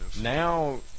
Now